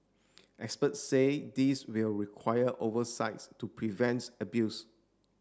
experts say this will require oversights to prevents abuse